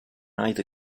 either